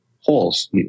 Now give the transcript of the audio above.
holes